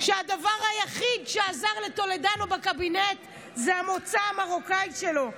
והדבר היחיד שעזר לטולדנו בקבינט זה המוצא המרוקאי שלו,